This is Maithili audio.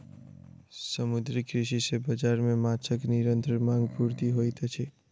समुद्रीय कृषि सॅ बाजार मे माँछक निरंतर मांग पूर्ति होइत अछि